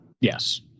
Yes